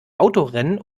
autorennen